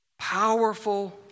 Powerful